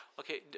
Okay